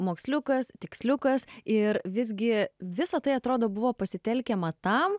moksliukas tiksliukas ir visgi visa tai atrodo buvo pasitelkiama tam